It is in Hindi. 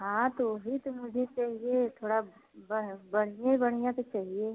हाँ तो भी तो मुझे चाहिए थोड़ा बढ़िया बढ़िया तो चाहिए